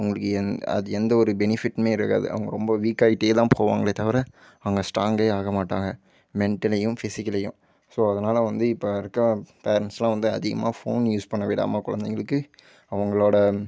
அவங்களுக்கு என் அது எந்தவொரு பெனிஃபிட்டுமே இருக்காது அவங்க ரொம்ப வீக்காயிட்டேதான் போவாங்களே தவிர அவங்க ஸ்ட்ராங்கே ஆக மாட்டாங்க மெண்டலியும் ஃபிஷிக்கலியும் ஸோ அதனால வந்து இப்போ இருக்க ஃபேரன்ட்ஸ்லாம் வந்து அதிகமாக ஃபோன் யூஸ் பண்ண விடாமல் குலந்தைங்களுக்கு அவங்களோட